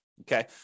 Okay